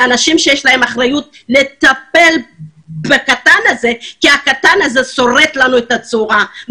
לאנשים שיש להם אחריות לטפל בקטן הזה כי הקטן הזה שורט לנו את הצורה,